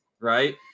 right